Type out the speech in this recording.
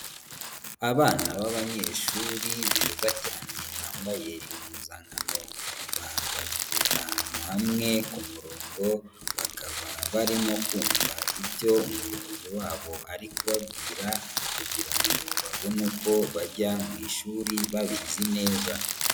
Abana babanyeshuri beza cyane bambaye impuzankano, bahagaze ahantu hamwe ku murongo bakaba barimo kumva ibyo umuyobozi wabo ari kubabwira kugira ngo babone uko bajya mu ishuri babizi neza.